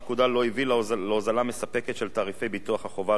להוזלה מספקת של תעריפי ביטוח החובה לאופנועים,